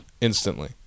instantly